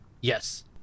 yes